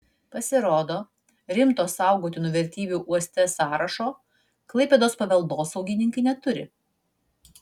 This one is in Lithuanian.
pasirodo rimto saugotinų vertybių uoste sąrašo klaipėdos paveldosaugininkai neturi